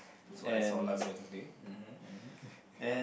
so I saw Lazo in the day mmhmm mmhmm